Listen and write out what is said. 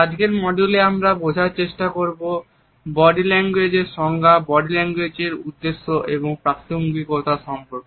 আজকের মডিউলে আমরা বোঝার চেষ্টা করব বডি ল্যাঙ্গুয়েজ এর সংজ্ঞা বডি ল্যাঙ্গুয়েজ এর উদ্দেশ্য এবং প্রাসঙ্গিকতা সম্পর্কে